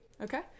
Okay